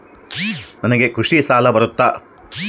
ನನಗೆ ಕೃಷಿ ಸಾಲ ಬರುತ್ತಾ?